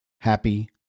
happy